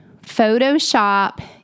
Photoshop